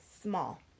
small